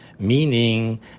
Meaning